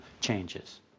changes